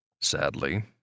Sadly